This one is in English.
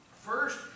First